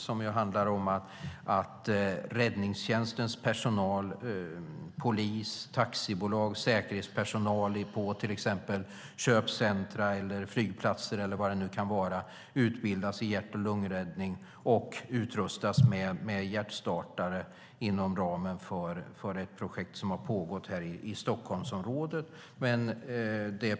Det handlar om att räddningstjänstens personal, polis, taxibolag och säkerhetspersonal på till exempel köpcentrum eller flygplatser eller vad det nu kan vara utbildas i hjärt och lungräddning och utrustas med hjärtstartare inom ramen för ett projekt som har pågått här i Stockholmsområdet.